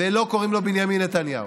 ולא קוראים לו בנימין נתניהו,